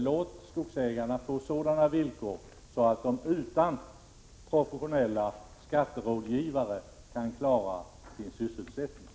Låt skogsägarna få sådana villkor att de utan professionella skatterådgivare kan klara sin sysselsättning.